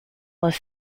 was